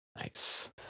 Nice